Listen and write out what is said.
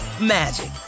magic